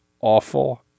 awful